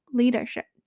leadership，